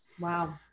wow